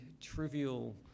trivial